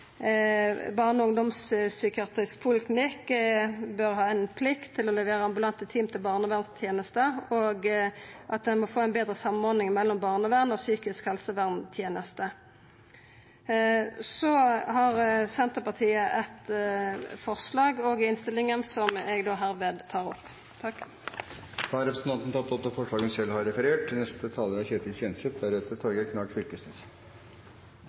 barne- og ungdomspsykiatrisk poliklinikk bør ha ei plikt til å levera ambulante team til barnevernstenesta, og at ein må få ei betre samordning av barneverns- og psykisk helseverntenester. Òg Senterpartiet har eit forslag i innstillinga, som eg hermed tar opp. Representanten Kjersti Toppe har tatt opp det forslaget hun refererte til. Først av alt: Takk til Kristelig Folkeparti, som har fremmet denne saken, men også til